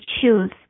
choose